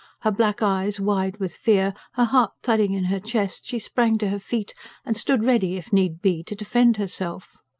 her black eyes wide with fear, her heart thudding in her chest, she sprang to her feet and stood ready, if need be, to defend herself.